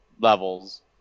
levels